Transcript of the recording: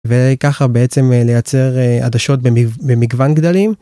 וככה בעצם לייצר עדשות במגוון גדלים.